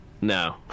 No